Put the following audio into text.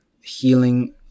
healing